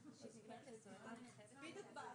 למדבר,